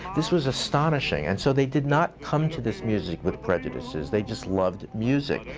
this was astonishing. and so they did not come to this music with prejudices. they just loved music.